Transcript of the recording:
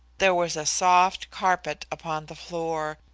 there was a soft carpet upon the floor,